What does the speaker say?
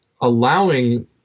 allowing